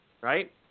right